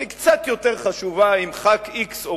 אבל היא קצת יותר חשובה מאשר אם חבר כנסת x או